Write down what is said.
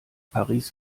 paris